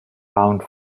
pound